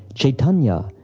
chaitanya!